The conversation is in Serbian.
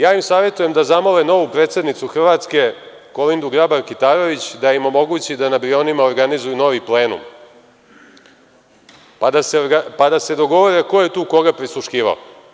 Ja im savetujem da zamole novu predsednicu Hrvatske, Kolindu Grabar Kitarović da im omogući da na Brionima organizuje novi plenum, pa da se dogovore koje tu koga prisluškivao.